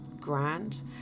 grand